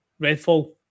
Redfall